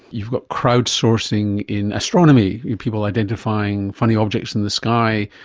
you've got crowd-sourcing in astronomy, people identifying funny objects in the sky.